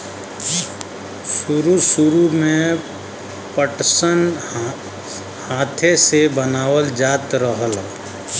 सुरु सुरु में पटसन हाथे से बनावल जात रहल